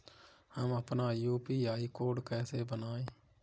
हम अपना UPI code कैसे बनाएँ?